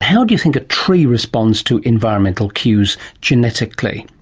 how do you think a tree responds to environmental cues genetically?